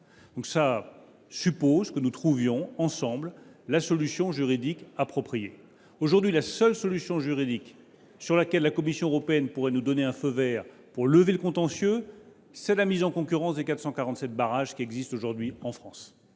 Cela suppose donc que nous trouvions ensemble la solution juridique appropriée. Aujourd’hui, la seule solution juridique sur laquelle la Commission européenne pourrait nous donner un feu vert pour lever le contentieux serait la mise en concurrence des 447 barrages qui existent actuellement en France,